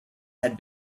had